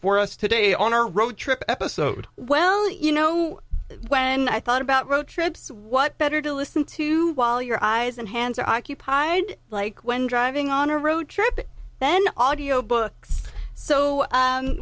for us today on our road trip episode well you know when i thought about road trips what better to listen to while your eyes and hands are occupied like when driving on a road trip then audio books so